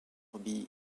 bee